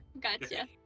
Gotcha